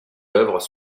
oeuvres